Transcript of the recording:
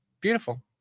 Beautiful